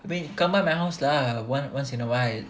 abeh come by my house lah one once in a while